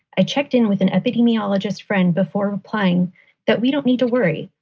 i checked in with an epidemiologist friend before replying that we don't need to worry.